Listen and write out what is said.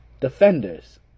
defenders